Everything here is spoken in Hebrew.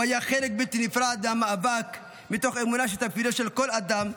הוא היה חלק בלתי נפרד מהמאבק מתוך אמונה שתפקידו של כל אדם,